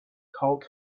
cult